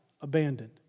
abandoned